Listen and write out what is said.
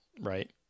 right